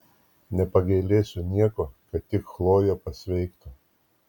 nepagailėsiu nieko kad tik chlojė pasveiktų